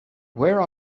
where